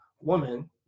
woman